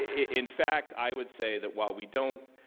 in fact, i would say that while we don't